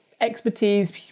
expertise